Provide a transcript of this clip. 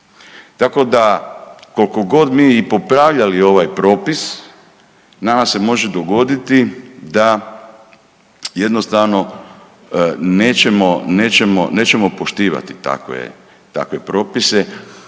Tako da kolko god mi i popravljali ovaj propis nama se može dogoditi da jednostavno nećemo, nećemo,